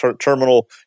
Terminal